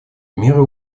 меры